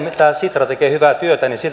mitä sitra tekee hyvää työtä